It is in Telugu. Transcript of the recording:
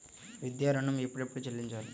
విద్యా ఋణం ఎప్పుడెప్పుడు చెల్లించాలి?